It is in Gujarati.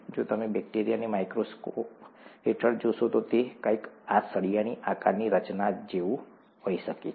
જો તમે બેક્ટેરિયાને માઈક્રોસ્કોપ હેઠળ જોશો તો તે કંઈક આ સળિયાના આકારની રચનાઓ જેવુ હોઈ શકે છે